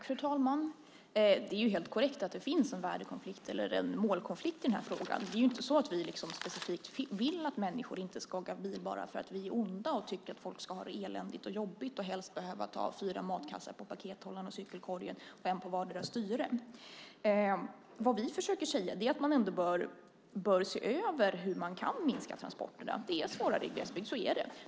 Fru talman! Det är helt korrekt att det finns en värdekonflikt eller en målkonflikt i den här frågan. Det är inte så att vi vill att människor inte ska åka bil bara för att vi är onda och tycker att folk ska ha det eländigt och jobbigt och helst behöva ta fyra matkassar, en på pakethållaren, en i cykelkorgen och en på vartdera styret. Vi försöker säga att man ändå bör se över hur man kan minska transporterna. Det är svårare i glesbygd. Så är det.